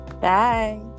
bye